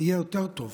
יהיה יותר טוב